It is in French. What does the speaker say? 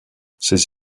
ces